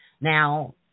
now